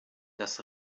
das